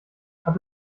hat